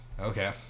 Okay